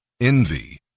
Envy